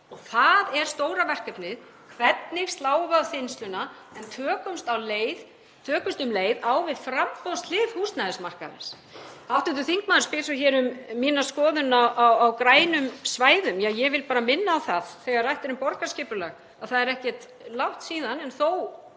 Það er stóra verkefnið. Hvernig sláum við á þensluna en tökumst um leið á við framboðshlið húsnæðismarkaðarins? Hv. þingmaður spyr hér um mína skoðun á grænum svæðum. Ég vil bara minna á það þegar rætt er um borgarskipulag að það er ekkert langt síðan, en þó